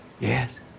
Yes